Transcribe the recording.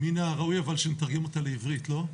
מן הראוי שנתרגם אותה לעברית, לא?